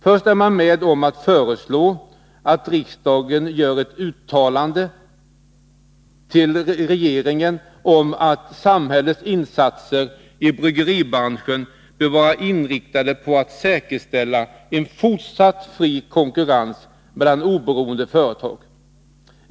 Först är man med om att föreslå att riksdagen gör ett uttalande till regeringen om att samhällets insatser i bryggeribranschen bör vara inriktade på att säkerställa en fortsatt fri konkurrens mellan oberoende företag.